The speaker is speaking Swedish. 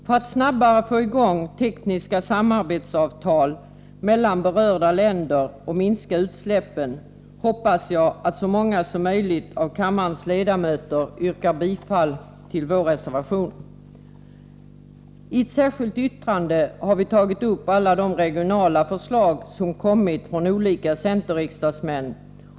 För att snabbare få i gång tekniska samarbetsavtal mellan berörda länder och minska utsläppen hoppas jag att så många som möjligt av kammarens ledamöter röstar på reservation 9. I ett särskilt yttrande har vi tagit upp alla de regionala förslag som kommit från olika centerriksdagsmän.